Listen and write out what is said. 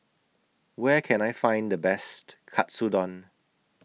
Where Can I Find The Best Katsudon